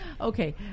okay